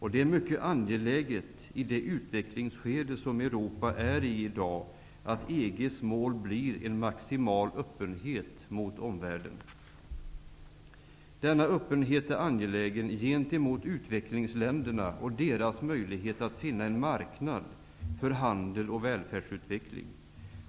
I det utvecklingsskede som Europa i dag befinner sig i är det mycket angeläget att EG:s mål blir en maximal öppenhet mot omvärlden. Denna öppenhet är angelägen för utvecklingsländernas möjligheter att finna marknad för handel och välfärdsutveckling.